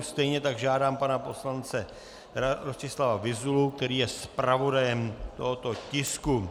Stejně tak žádám pana poslance Rostislava Vyzulu, který je zpravodajem tohoto tisku.